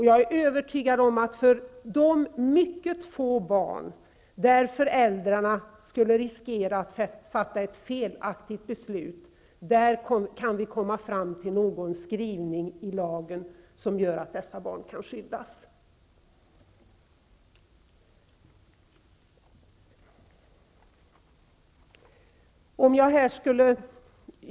Jag är övertygad om att vi kan komma fram till en skrivning i lagen till skydd för de mycket få barn vilkas föräldrar riskerar fatta ett felaktigt beslut.